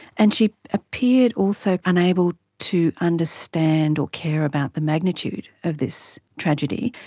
and she appeared also unable to understand or care about the magnitude of this tragedy.